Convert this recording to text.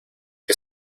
que